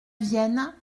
vienne